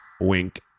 Wink